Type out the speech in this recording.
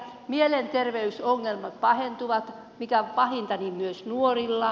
mielenterveysongelmat pahentuvat ja mikä pahinta myös nuorilla